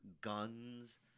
guns –